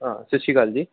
ਹਾਂ ਸਤਿ ਸ਼੍ਰੀ ਅਕਾਲ ਜੀ